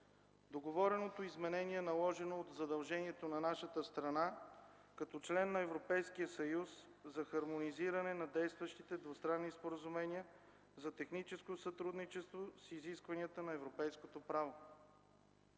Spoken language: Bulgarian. Договореното изменение е наложено от задълженията на нашата страна като член на Европейския съюз за хармонизиране на действащите двустранни споразумения за техническо сътрудничество с изискванията на европейското право.